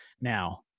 Now